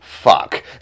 fuck